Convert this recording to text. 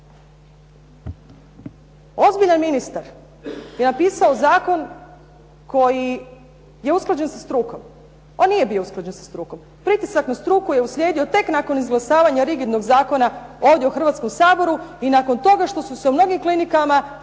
Ozbiljan ministar je napisao zakon koji je usklađen sa strukom. On nije bio usklađen sa strukom. Pritisak na struku je uslijedio tek nakon izglasavanja rigidnog zakona ovdje u Hrvatskom saboru i nakon toga što su se u mnogim klinikama ljudi